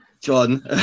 John